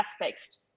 aspects